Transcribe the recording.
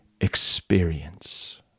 experience